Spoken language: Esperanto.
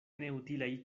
neutilaj